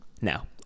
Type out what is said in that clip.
Now